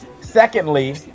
Secondly